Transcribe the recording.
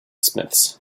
smiths